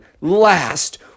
last